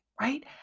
right